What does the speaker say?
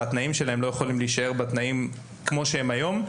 והתנאים שלהם לא יכולים להישאר כמו שהם היום.